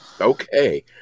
Okay